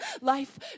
life